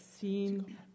seen